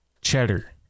Cheddar